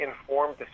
informed